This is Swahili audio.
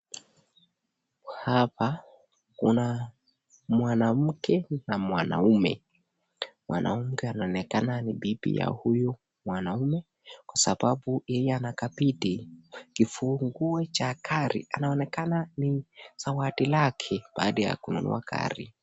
Hapa kuna mwanamke na mwanaume. Mwanamke anaonekana ni bibi ya huyu mwanaume kwa sababu yeye anakabidhi kifunguo cha gari, anaonekana ni zawadi lake baada ya kununua gari.